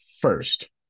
first